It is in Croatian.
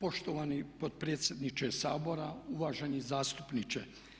Poštovani potpredsjedniče Sabora, uvaženi zastupniče.